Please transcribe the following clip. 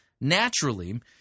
Naturally